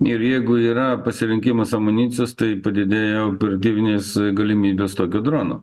ir jeigu yra pasirinkimas amunicijos tai padidėja operatyvinės galimybės to tokio drono